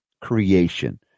creation